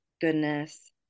goodness